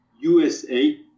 USA